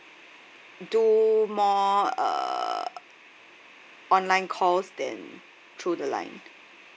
do more uh online calls then through the line